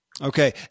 Okay